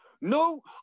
No